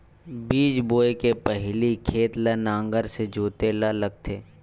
बीज बोय के पहिली खेत ल नांगर से जोतेल लगथे?